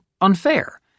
unfair